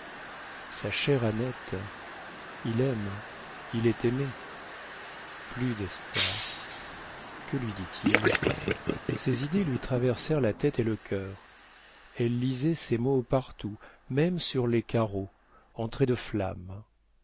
sa chère annette il aime il est aimé plus d'espoir que lui dit-il ces idées lui traversèrent la tête et le cœur elle lisait ces mots partout même sur les carreaux en traits de flammes